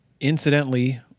incidentally